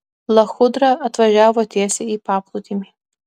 lachudra atvažiavo tiesiai į paplūdimį